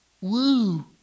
Woo